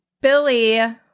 billy